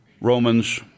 Romans